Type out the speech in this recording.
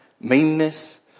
meanness